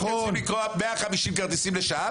הייתם צריכים למכור 150 כרטיסים לשעה,